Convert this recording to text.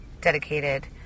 dedicated